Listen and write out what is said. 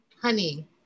honey